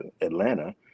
atlanta